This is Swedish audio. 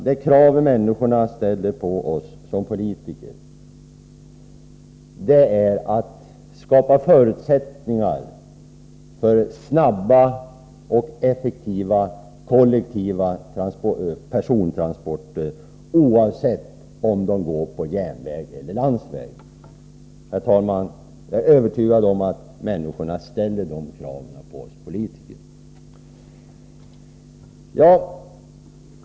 De krav som människorna ställer på oss som politiker är att vi skall skapa förutsättningar för snabba och effektiva kollektiva persontransporter, oavsett om de går på järnväg eller på landsväg. Jag är övertygad om att människorna ställer de kraven på oss politiker, herr talman.